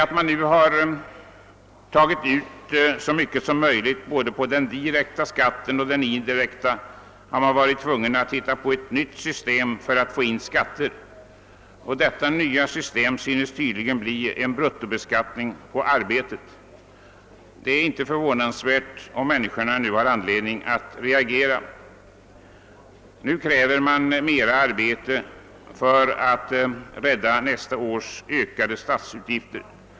Sedan man tagit ut så mycket som över huvud varit möjligt både genom den direkta och genom den indirekta skatten har man varit tvungen att hitta ett nytt system för att få in skatter, och detta nya system har tydligen blivit en bruttobeskattning på arbetet. Det är inte förvånansvärt om människorna då finner anledning att reagera. Man kräver mera arbete av dem för att rädda nästa års ökade statsutgifter.